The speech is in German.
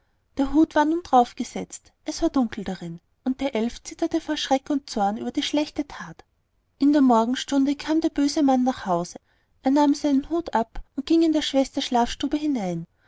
der hut war nun darauf gesetzt es war dunkel darin und der elf zitterte vor schreck und zorn über die schlechte that in der morgenstunde kam der böse mann nach hause er nahm seinen hut ab und ging in der schwester schlafstube hinein